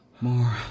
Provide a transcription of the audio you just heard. More